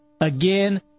Again